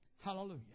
Hallelujah